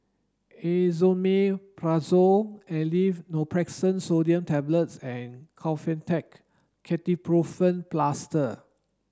Esomeprazole Aleve Naproxen Sodium Tablets and Kefentech Ketoprofen Plaster